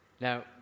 Now